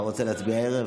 אתה רוצה להצביע הערב?